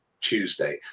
Tuesday